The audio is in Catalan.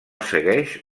segueix